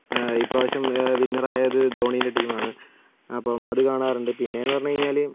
ഇപ്രാവശ്യം വിന്നർ ആയത് ധോണീൻറ്റെ ടീമാണ് അപ്പം അത് കാണാറുണ്ട് പിന്നെ എന്ന് പറഞ്ഞു കഴിഞ്ഞാൽ